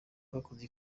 bwakoze